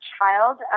child